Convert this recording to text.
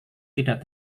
tidak